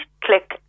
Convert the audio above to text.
click